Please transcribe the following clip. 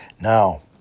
Now